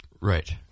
Right